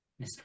Mr